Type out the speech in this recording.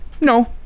No